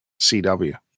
CW